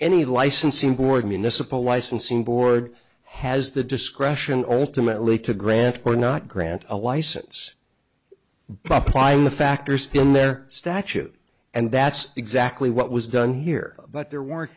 any licensing board municipal licensing board has the discretion alternately to grant or not grant a license but plying the factors in their statute and that's exactly what was done here but there were